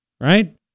Right